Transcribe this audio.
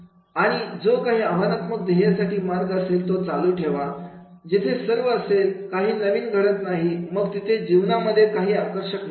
आणि जो काही आव्हानात्मक ध्येयासाठी मार्ग असेल तो चालू ठेवा जिथे सर्व असेल काही नविन घडत नाहीमग तिथे जीवनामध्ये काही आकर्षक नसेल